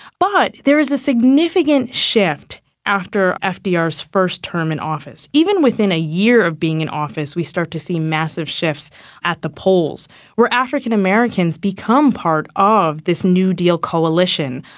but there is a significant shift after ah fdr's first term in office. even within a year of being in office we start to see massive shifts at the polls were african americans become part of this new deal coalition.